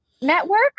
network